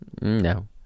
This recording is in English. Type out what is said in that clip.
No